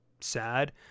sad